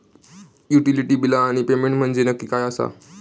Utility बिला आणि payment म्हंजे नक्की काय आसा?